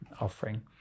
offering